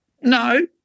No